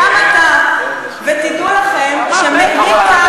בעודכם יודעים שזה מה שיהיה מעכשיו